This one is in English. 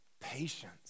patience